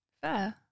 Fair